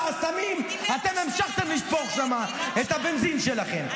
האסמים אתם המשכתם לשפוך שם את הבנזין שלכם.